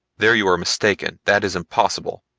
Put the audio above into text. there you are mistaken that is impossible.